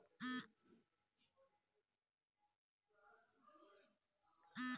যদি কারুর debit card হারিয়ে যায় তাহলে সেটাকে সঙ্গে সঙ্গে ব্লক বা হটলিস্ট করা যায়